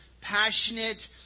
passionate